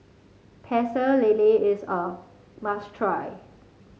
Pecel Lele is a must try